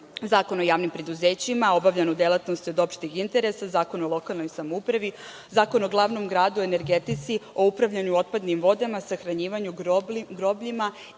Zakon o javnim preduzećima, o obavljanju delatnosti od opšteg interesa, Zakon o lokalnoj samoupravi, Zakon o glavnom gradu, energetici, o upravljanju otpadnim vodama, sahranjivanju, grobljima